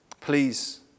Please